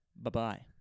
Bye-bye